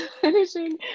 finishing